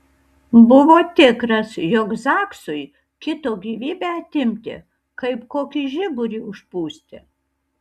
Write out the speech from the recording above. buvo tikras jog zaksui kito gyvybę atimti kaip kokį žiburį užpūsti